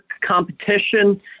competition